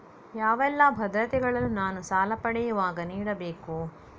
ಯಾವೆಲ್ಲ ಭದ್ರತೆಗಳನ್ನು ನಾನು ಸಾಲ ಪಡೆಯುವಾಗ ನೀಡಬೇಕು?